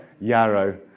Yarrow